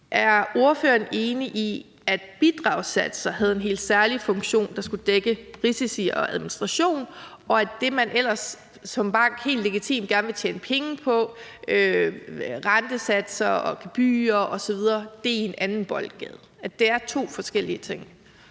Er ordføreren enig i, at bidragssatser havde en helt særlig funktion, der skulle dække risici og administration, og at det, som man ellers bare helt legitimt gerne vil tjene penge på – rentesatser, gebyrer osv. – er i en anden boldgade, altså at det er to forskellige ting?